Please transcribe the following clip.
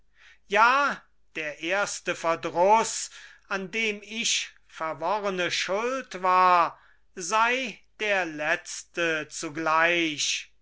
ja der erste verdruß an dem ich verworrene schuld war sei der letzte zugleich